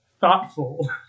thoughtful